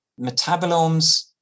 metabolomes